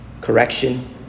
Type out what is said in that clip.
correction